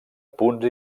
punts